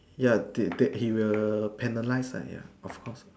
ya did that he will penalise ya of course